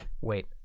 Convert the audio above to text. wait